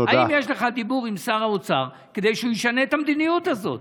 האם יש לך דיבור עם שר האוצר כדי שהוא ישנה את המדיניות הזאת?